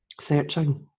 searching